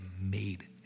made